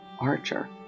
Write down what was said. Archer